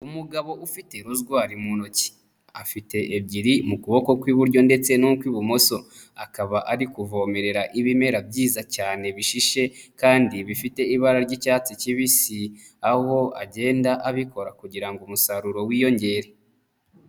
Umugabo ufite rozwari mu ntoki afite ebyiri mu kuboko kw'iburyo ndetse n'ukw'ibumoso. Akaba ari kuvomerera ibimera byiza cyane bishishe kandi bifite ibara ry'icyatsi kibisi. Aho agenda abikora kugira umusaruro wiyongere.